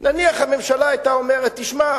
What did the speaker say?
נניח הממשלה היתה אומרת: תשמע,